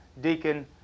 deacon